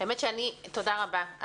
תודה רבה.